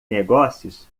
negócios